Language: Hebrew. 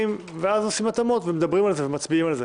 ואז עושים התאמות ומדברים על זה ומצביעים על זה.